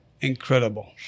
incredible